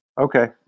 Okay